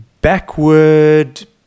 backward